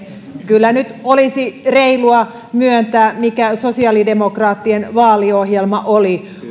kyllä nyt olisi reilua myöntää mikä sosiaalidemokraattien vaaliohjelma oli